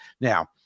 Now